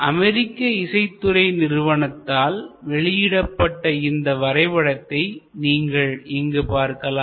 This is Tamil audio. அமெரிக்க இசைத்துறை நிறுவனத்தால் American music industry வெளியிடப்பட்ட இந்த வரைபடத்தை நீங்கள் இங்கு பார்க்கலாம்